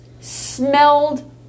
smelled